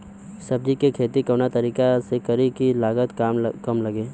सब्जी के खेती कवना तरीका से करी की लागत काम लगे?